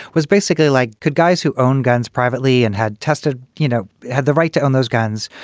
was basically like good guys who own guns privately and had tested, you know, had the right to own those guns.